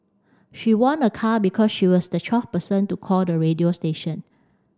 she won a car because she was the twelfth person to call the radio station